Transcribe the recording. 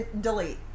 Delete